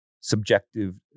subjective